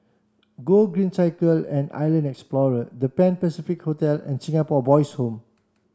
Gogreen Cycle and Island Explorer The Pan Pacific Hotel and Singapore Boys' Home